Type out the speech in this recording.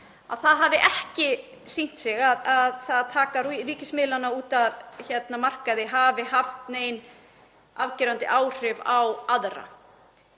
að það hafi ekki sýnt sig að það að taka ríkismiðlana út af markaði hafi haft nein afgerandi áhrif á aðra.